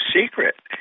secret